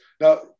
Now